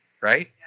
Right